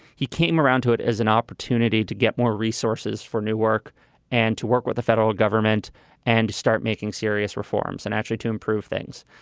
he came around to it as an opportunity to get more resources for new work and to work with the federal government and start making serious reforms and actually to improve things.